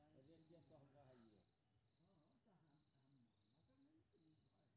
हमर कोनो भी जेना की बिजली के बिल कतैक जमा करे से पहीले केना जानबै?